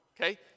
okay